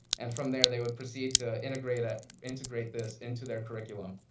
and from there they would proceed to integrate ah integrate this into their curriculum.